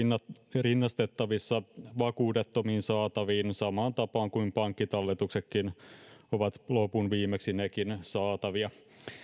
rinnastettavissa vakuudettomiin saataviin samaan tapaan kuin pankkitalletuksetkin ovat lopunviimeksi nekin saatavia